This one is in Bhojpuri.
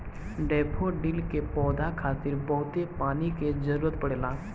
डैफोडिल के पौधा खातिर बहुते पानी के जरुरत पड़ेला